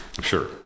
sure